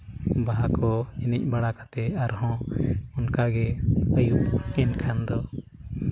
ᱵᱟᱦᱟ ᱠᱚ ᱮᱱᱮᱡ ᱵᱟᱲᱟ ᱠᱟᱛᱮ ᱟᱨᱦᱚᱸ ᱚᱱᱠᱟᱜᱮ ᱞᱮᱱᱠᱷᱟᱱ ᱫᱚ